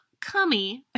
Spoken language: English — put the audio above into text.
Cummy